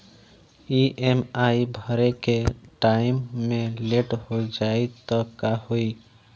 EMI भरे के time मे लेट हो जायी त का होई?